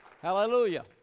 Hallelujah